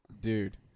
Dude